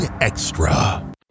Extra